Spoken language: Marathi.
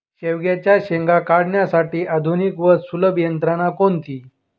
शेवग्याच्या शेंगा काढण्यासाठी आधुनिक व सुलभ यंत्रणा कोणती?